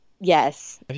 yes